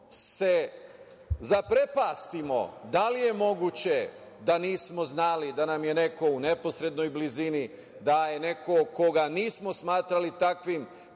se zaprepastimo, da li je moguće da nismo znali da nam je neko u neposrednoj blizini, da je neko koga nismo smatrali takvim,